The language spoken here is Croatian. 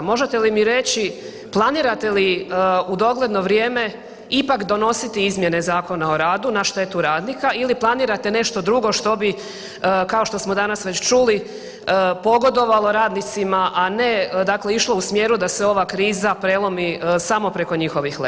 Možete li mi reći, planirate li u dogledno vrijeme ipak donositi izmjene Zakona o radu na štetu radnika ili planirate nešto drugo što bi kao što smo danas već čuli pogodovalo radnicima, a ne dakle išlo u smjeru da se ova kriza prelomi samo preko njihovih leđa.